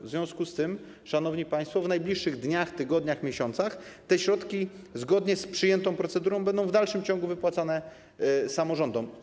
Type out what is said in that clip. W związku z tym, szanowni państwo, w najbliższych dniach, tygodniach, miesiącach zgodnie z przyjętą procedurą te środki w dalszym ciągu będą wypłacane samorządom.